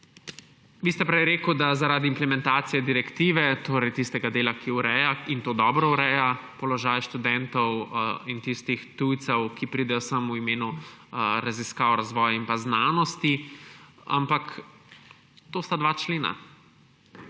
vi ste prej rekli, da zaradi implementacije direktive, torej tistega dela, ki ureja, in to dobro ureja, položaj študentov in tistih tujcev, ki pridejo sem v imenu raziskav, razvoja in znanosti. Ampak to sta dva člena.